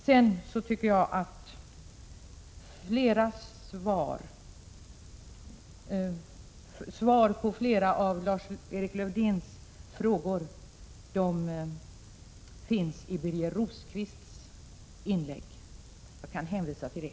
Sedan tycker jag att svar på flera av Lars-Erik Lövdéns frågor finns i Birger Rosqvists inlägg. Jag kan hänvisa till det.